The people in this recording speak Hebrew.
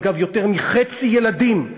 אגב, יותר מחצי, ילדים,